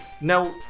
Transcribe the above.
Now